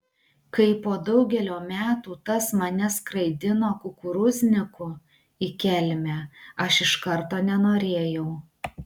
kai po daugelio metų tas mane skraidino kukurūzniku į kelmę aš iš karto nenorėjau